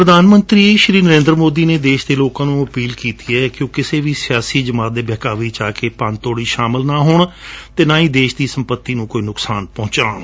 ਪ੍ਰਧਾਦ ਮੰਤਰੀ ਸ਼੍ਰੀ ਨਰੇਂਦਰ ਮੋਦੀ ਨੇ ਦੇਸ਼ ਦੇ ਲੋਕਾਂ ਨੂੰ ਅਪੀਲ ਕੀਤੀ ਹੈ ਕਿ ਉਹ ਕਿਸੇ ਵੀ ਸਿਆਸੀ ਜਮਾਤ ਦੇ ਬਹਿਕਾਵੇ ਵਿਚ ਆ ਕੇ ਭੰਨ ਤੋੜ ਵਿਚ ਸ਼ਾਮਲ ਨਾ ਹੋਣ ਅਤੇ ਨਾ ਹੀ ਦੇਸ਼ ਦੀ ਸੰਪੱਤੀ ਨੂੰ ਕੋਈ ਨੁਕਸਾਨ ਪਹੂੰਚਾਉਣ